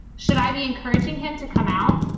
should i be encouraging him to come out?